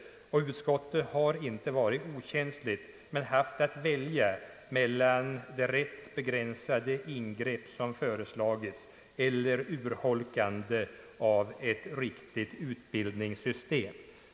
Utskottet har inte varit okänsligt men haft att välja mellan det rätt begränsade ingrepp som föreslagits eller urholkande av ett riktigt utbildningssystem.